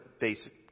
basic